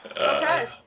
Okay